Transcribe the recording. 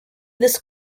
this